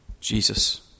Jesus